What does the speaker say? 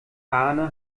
arne